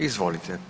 Izvolite.